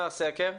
הסקר?